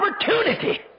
opportunity